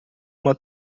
uma